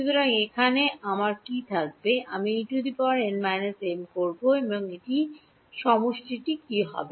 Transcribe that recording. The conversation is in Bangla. সুতরাং এখানে আমার কী থাকবে আমি E n−m করব এবং এটিই সমষ্টিটি কী হবে